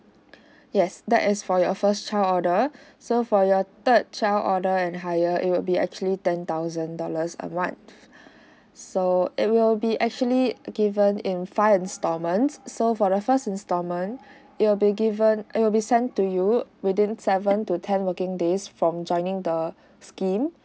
yes that is for your first child order so for your third child order and higher it will be actually ten thousand dollars a month so it will be actually given in five installments so for the first installment it will be given it will be sent to you within seven to ten working days from joining the scheme